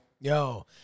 Yo